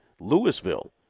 Louisville